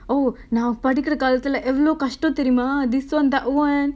oh now நா படிக்கிற காலத்துல எவ்ளோ கஷ்ட தெரியிமா:naa padikkira kaalathula evlo kasta theriyimaa this one that one